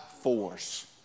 force